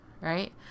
right